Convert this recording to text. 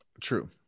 true